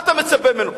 מה אתה מצפה ממנו?